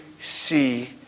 see